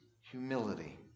humility